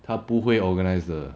他不会 organize 的